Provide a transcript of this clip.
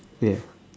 ya